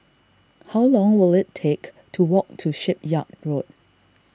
how long will it take to walk to Shipyard Road